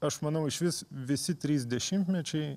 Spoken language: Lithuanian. aš manau išvis visi trys dešimtmečiai